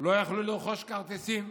לא יכלו לרכוש כרטיסים,